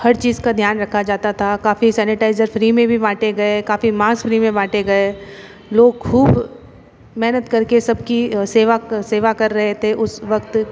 हर चीज का ध्यान रखा जाता था काफ़ी सैनिटाइज़र फ्री में भी बाँटे गए काफ़ी मास फ्री में बाँटे गए लोग खूब मेहनत करके सब की सेवा सेवा कर रहे थे उस वक्त